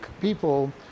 people